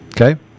Okay